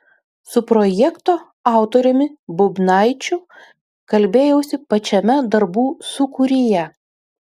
su projekto autoriumi bubnaičiu kalbėjausi pačiame darbų sūkuryje